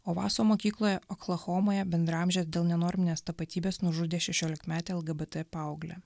ovaso mokykloje oklahomoje bendraamžės dėl nenorminės tapatybės nužudė šešiolikmetę lgbt paauglę